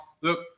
Look